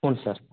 ಹ್ಞೂ ಸರ್